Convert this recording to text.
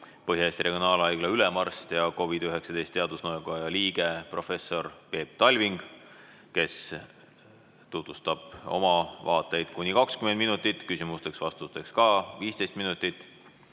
Põhja-Eesti Regionaalhaigla ülemarst ja COVID-19 teadusnõukoja liige professor Peep Talving, kes tutvustab oma vaateid kuni 20 minutit. Küsimusteks-vastusteks on jälle 15 minutit.